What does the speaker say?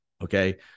Okay